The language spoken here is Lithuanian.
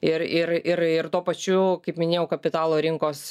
ir ir ir ir tuo pačiu kaip minėjau kapitalo rinkos